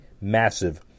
massive